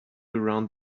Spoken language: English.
around